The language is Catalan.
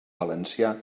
valencià